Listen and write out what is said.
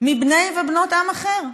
מבני ובנות עם אחר.